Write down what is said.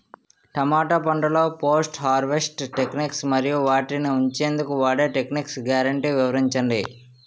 టమాటా పంటలో post harvest techniques మరియు వాటిని ఉంచెందుకు వాడే టెక్నిక్స్ గ్యారంటీ వివరించండి?